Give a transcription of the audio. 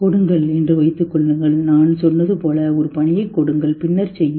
கொடுங்கள் என்று வைத்துக் கொள்ளுங்கள் நான் சொன்னது போல் ஒரு பணியைக் கொடுங்கள் பின்னர் செய்யுங்கள்